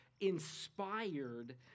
inspired